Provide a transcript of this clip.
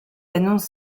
annonce